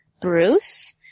Bruce